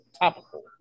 topical